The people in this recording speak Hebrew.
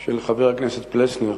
של חבר הכנסת פלסנר,